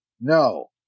No